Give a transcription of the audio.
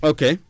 Okay